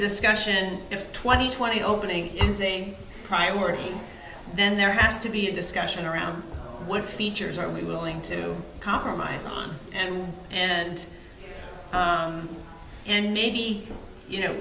discussion of twenty twenty opening using priority then there has to be a discussion around what features are we willing to compromise on and and and maybe you know